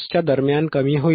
59KHz च्या दरम्यान कमी होईल